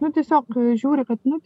nu tiesiog žiūri kad nu